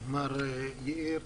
מר יאיר,